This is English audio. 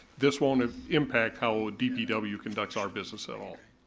this won't impact how dpw conducts our business at all.